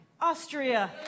Austria